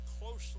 closely